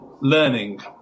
learning